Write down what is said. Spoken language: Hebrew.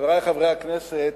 חברי חברי הכנסת,